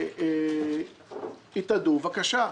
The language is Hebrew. בבקשה.